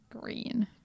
Green